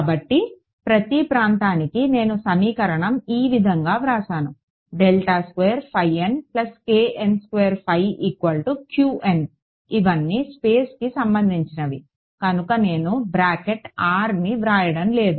కాబట్టి ప్రతి ప్రాంతానికి నేను సమీకరణం ఈ విధంగా వ్రాసాను ఇవన్నీ స్పేస్కు సంబంధించినవి కనుక నేను బ్రాకెట్ r ను వ్రాయడం లేదు